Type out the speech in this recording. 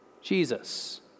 Jesus